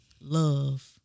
love